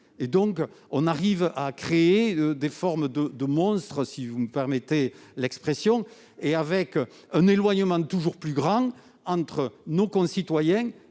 On en arrive à créer des formes de monstres, si vous me passez l'expression, avec un éloignement toujours plus grand entre nos concitoyens